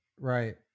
right